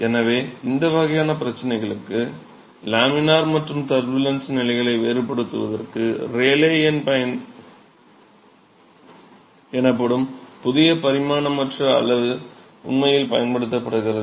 எனவே இந்த வகையான பிரச்சனைகளுக்கு லாமினார் மற்றும் டர்புலன்ட் நிலைகளை வேறுபடுத்துவதற்கு ரேலே எண் எனப்படும் புதிய பரிமாணமற்ற அளவு உண்மையில் பயன்படுத்தப்படுகிறது